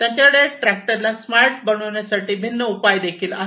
त्यांच्याकडे ट्रॅक्टरला स्मार्ट बनविण्यासाठी भिन्न उपाय देखील आहेत